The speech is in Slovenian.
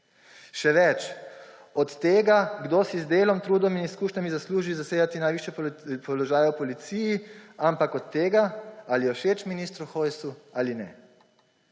še več, od tega, kdo si z delom, trudom in izkušnjami zasluži zasedati najvišje položaje v policiji, ampak od tega, ali je všeč ministru Hojsu ali ne.